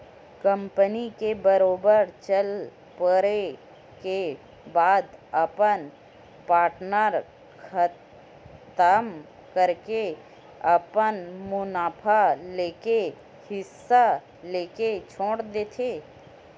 company के बरोबर चल पड़े के बाद अपन पार्टनर खतम करके अपन मुनाफा लेके हिस्सा लेके छोड़ देथे